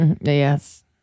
Yes